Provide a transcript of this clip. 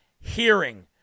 hearing